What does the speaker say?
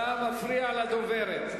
אתה מפריע לדוברת.